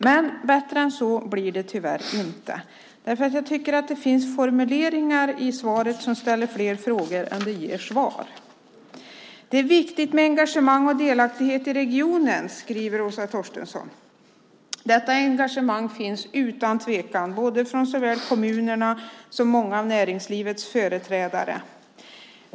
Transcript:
Men bättre än så blir det tyvärr inte. Det finns formuleringar i interpellationssvaret som ställer fler frågor än de ger svar. Åsa Torstensson säger att det är viktigt med engagemang och delaktighet i regionerna. Detta engagemang finns utan tvivel såväl i kommunerna som hos många av näringslivets företrädare.